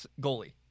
goalie